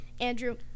Andrew